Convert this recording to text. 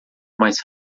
mais